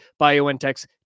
BioNTech's